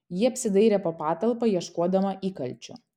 ji apsidairė po patalpą ieškodama įkalčių